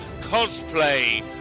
cosplay